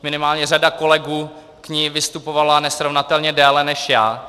Minimálně řada kolegů k ní vystupovala nesrovnatelně déle než já.